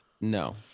No